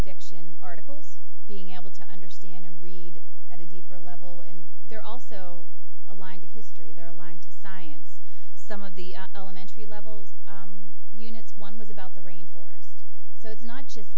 nonfiction articles being able to understand and read at a deeper level and they're also aligned to history they're aligned to science some of the elementary levels units one was about the rainfall so it's not just